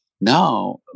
Now